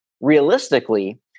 realistically